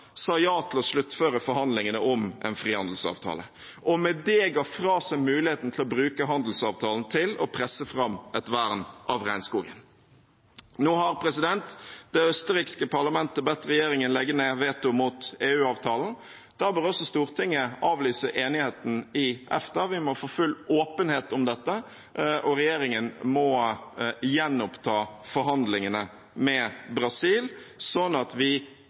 sa ja til å sluttføre forhandlingene om en frihandelsavtale og med det ga fra seg muligheten til å bruke handelsavtalen til å presse fram et vern av regnskogen. Nå har det østerrikske parlamentet bedt regjeringen legge ned veto mot EU-avtalen. Da bør også Stortinget avlyse enigheten i EFTA. Vi må få full åpenhet om dette, og regjeringen må gjenoppta forhandlingene med Brasil, slik at vi